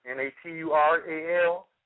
N-A-T-U-R-A-L